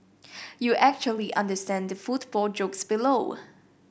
you actually understand the football jokes below